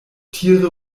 tiere